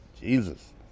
Jesus